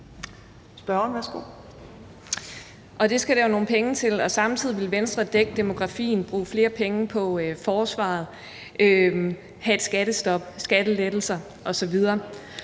det skal der jo nogle penge til. Og samtidig vil Venstre dække demografien, bruge flere penge på forsvaret, have et skattestop og skattelettelser osv.